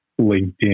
LinkedIn